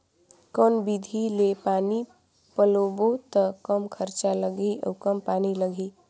कौन विधि ले पानी पलोबो त कम खरचा लगही अउ कम पानी लगही?